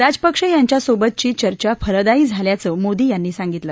राजपक्षे यांच्यासोबतची चर्चा फलदायी झाल्याचं मोदी यांनी सांगितलं